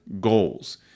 goals